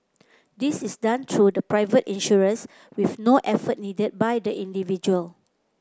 this is done through the private insurers with no effort needed by the individual